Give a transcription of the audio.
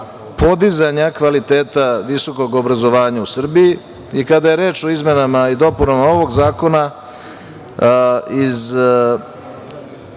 podizanja kvaliteta visokog obrazovanja u Srbiji i kada je reč o izmenama i dopunama ovog zakona, iz